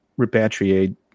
repatriate